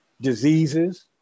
diseases